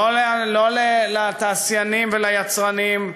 לא לתעשיינים וליצרנים,